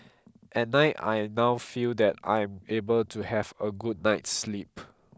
at night I now feel that I am able to have a good night's sleep